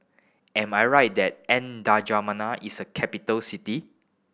am I right that N'Djamena is a capital city